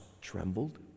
trembled